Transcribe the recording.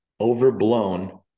overblown